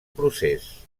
procés